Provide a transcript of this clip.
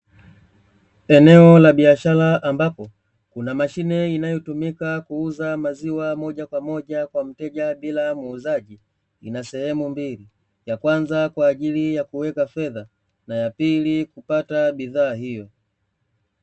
Eneo la biashara, ambapo kuna mashine inayotumika kuuza maziwa moja kwa moja kwa mteja bila muuzaji, ina sehemu mbili; ya kwanza kwa ajili ya kuweka fedha na ya pili kupata bidhaa hiyo.